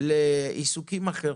לעיסוקים אחרים,